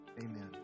Amen